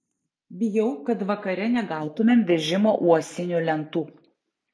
bijau kad vakare negautumėm vežimo uosinių lentų